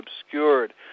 obscured